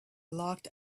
locked